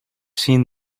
seen